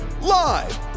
Live